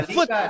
Foot